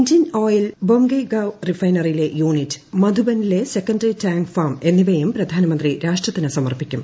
Indian oil Bongaigaon റിഫൈനറിയിലെ unit മധുബനിലെ secondary tank farm എന്നിവയും പ്രധാനമന്ത്രി രാഷ്ട്രത്തിന് സമർപ്പിക്കും